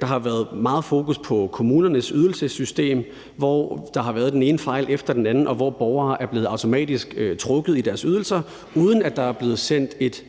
Der har været meget fokus på kommunernes ydelsessystem, hvor der har været den ene fejl efter den anden, og hvor borgere automatisk er blevet trukket i deres ydelser, uden at der er blevet sendt et